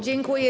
Dziękuję.